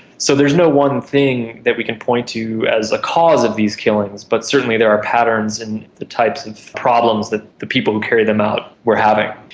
so there is no one thing that we can point to as a cause of these killings, but certainly there are patterns in the types of problems that the people who carry them out were having.